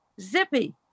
Zippy